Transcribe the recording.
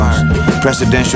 Presidential